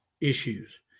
issues